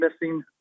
missing